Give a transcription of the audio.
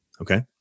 okay